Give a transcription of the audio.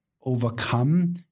overcome